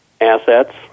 assets